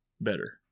better